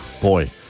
boy